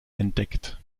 entdeckt